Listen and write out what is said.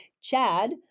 Chad